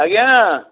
ଆଜ୍ଞା